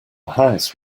house